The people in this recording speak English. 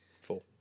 Four